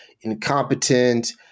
incompetent